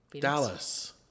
Dallas